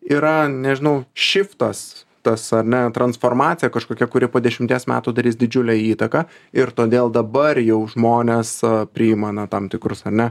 yra nežinau šiftas tas ar ne transformacija kažkokia kuri po dešimties metų darys didžiulę įtaką ir todėl dabar jau žmones priimame tam tikrus ar ne